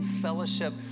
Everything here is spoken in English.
fellowship